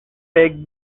take